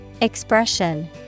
Expression